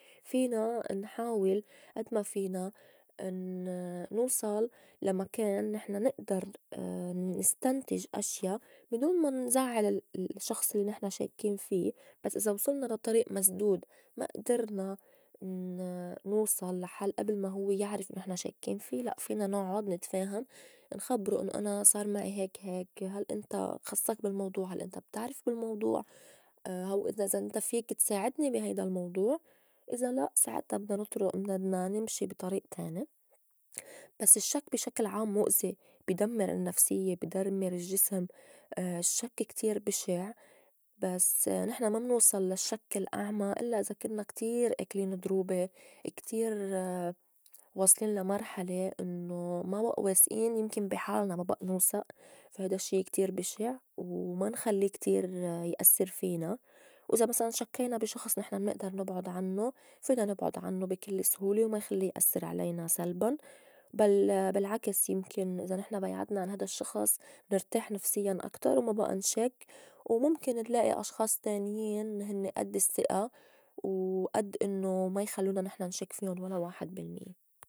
فينا نحاول أد ما فينا ن- نوصل لمكان نحن نئدر نستنتج أشيا بدون ما نزعّل ال- الشّخص الّي نحن شاكّين في، بس إذا وصلنا لا طريئ مسدود ما أدرنا ن- نوصل لا حل أبل ما هوّ يعرف نحن شاكّين في لأ فينا نُعُّد نتفاهم نخبرو إنّو أنا صار معي هيك- هيك هل إنت خصّك بالموضوع؟ هل إنت بتعرف بالموضوع؟ أو هوّ إذا إنت فيك تساعدني بي هيدا الموضوع، إذا لأ ساعتا بدنا نطرُئ بدنا نمشي بي طريئ تاني. بس الشّك بي شكل عام مؤزي، بي دمّر النفسيّة، بي دمّر الجّسم. الشّك كتير بشع بس نحن ما منوصل للشّك الأعمى إلّا إذا كنّا كتير آكلين ضروبه كتير واصلين لا مرحلة إنّو ما وئ واسئين يمكن بي حالنا ما بئ نوسئ فا هيدا الشّي كتير بشع وما نخلّي كتير يأسّر فينا، وإزا مسلاً شكّينا بي شخص نحن منئدر نبعُد عنّو فينا نبعُد عنّو بي كل سهولة وما يخلّي يأسّر علينا سلباً بل بالعكس يمكن إزا نحن بيعدنا عن هيدا الشّخص نرتاح نفسيّاً أكتر وما بئى نشك. ومُمكن نلائي أشخاص تانين هنّي أد السّئة و أد إنّو ما يخلّونا نحن نشك فيُن ولا واحد بالميّة.